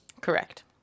Correct